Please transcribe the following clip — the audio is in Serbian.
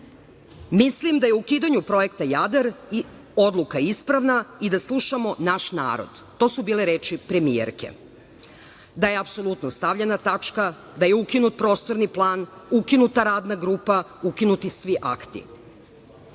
Mislim da je ukidanju projekta Jadar odluka ispravna i da slušamo naš narod“. To su bile reči premijerke. Da je apsolutno stavljena tačka, da je ukinut Prostorni plan, ukinuta Radna grupa, ukinuti svi akti.